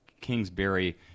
Kingsbury